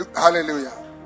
Hallelujah